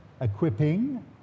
equipping